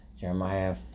Jeremiah